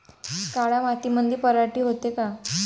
काळ्या मातीमंदी पराटी होते का?